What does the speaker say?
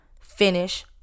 finish